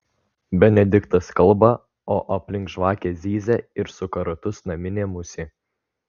benediktas kalba o aplink žvakę zyzia ir suka ratus naminė musė